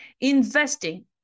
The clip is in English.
Investing